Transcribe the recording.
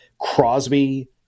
Crosby